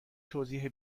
توضیح